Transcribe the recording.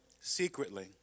secretly